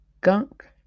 gunk